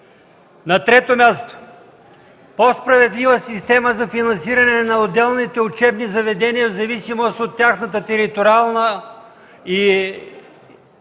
На трето място, по-справедлива система за финансиране на отделните учебни заведения в зависимост от тяхната териториална структура,